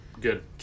Good